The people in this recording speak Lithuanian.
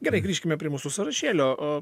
gerai grįžkime prie mūsų sąrašėlio